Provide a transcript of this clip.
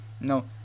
no